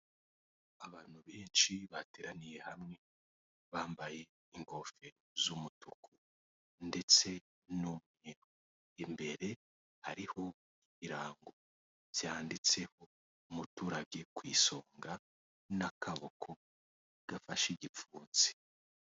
Abantu benshi bateraniye hamwe bambaye ingofero z'umutuku ndetse no imbere hariho ibirango byanditseho umuturage ku isonga n'akaboko gafashe igipfunsi.